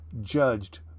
judged